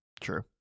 True